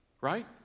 right